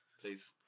please